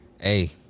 hey